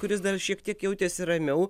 kuris dar šiek tiek jautėsi ramiau